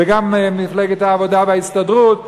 וגם מפלגת העבודה וההסתדרות.